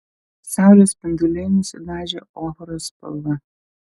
saulės spinduliai nusidažė ochros spalva